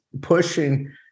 pushing